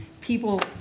people